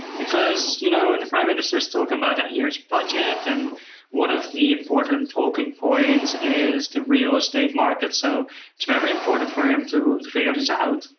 because you know the prime minister's talking about that year's budget. and one of the important talking points is the real estate market, so it's very important for him to to figure this out.